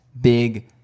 big